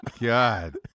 God